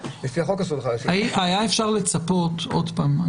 לפי החוק אסור לך להשאיר אותם לבד בבית.